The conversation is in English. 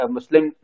Muslim